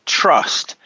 trust